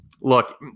look